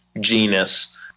genus